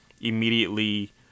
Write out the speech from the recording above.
immediately